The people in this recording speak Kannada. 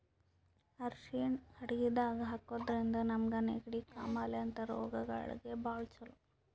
ಅರ್ಷಿಣ್ ಅಡಗಿದಾಗ್ ಹಾಕಿದ್ರಿಂದ ನಮ್ಗ್ ನೆಗಡಿ, ಕಾಮಾಲೆ ಅಂಥ ರೋಗಗಳಿಗ್ ಭಾಳ್ ಛಲೋ